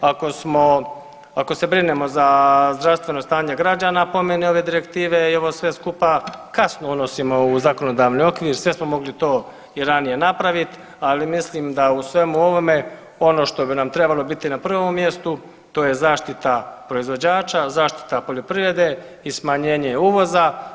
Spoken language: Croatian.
Ako smo, ako se brinemo za zdravstveno stanje građana po meni ove direktive i ovo sve skupa kasno unosimo u zakonodavni okvir sve smo mogli to i ranije napravit, ali mislim da u svemu onome ono što bi nam trebalo biti na prvom mjestu to je zaštita proizvođača, zaštita poljoprivrede i smanjenje uvoza.